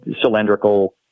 cylindrical